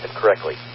correctly